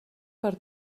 per